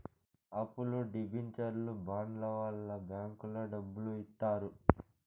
అప్పులు డివెంచర్లు బాండ్ల వల్ల బ్యాంకులో డబ్బులు ఇత్తారు